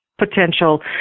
potential